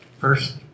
first